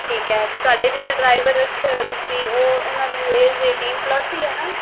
ਠੀਕ ਹੈ ਅਤੇ ਤੁਹਾਡੇ ਜਿਹੜੇ ਡਰਾਈਵਰ ਰੱਖੇ ਹੋਏ ਆ ਤੁਸੀਂ ਉਹ ਉਹਨਾਂ ਦੀ ਏਜ ਏਟੀਟਿਨ ਪਲੱਸ ਹੀ ਹੈ ਨਾ